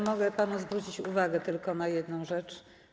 Mogę panu zwrócić uwagę tylko na jedną rzecz.